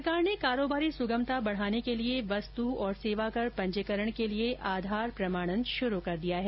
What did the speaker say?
सरकार ने कारोबारी सुगमता बढ़ाने के लिए वस्तु और सेवा कर पंजीकरण के लिए आधार प्रमाणन शुरु कर दिया है